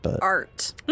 Art